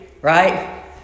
right